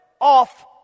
off